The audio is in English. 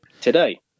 Today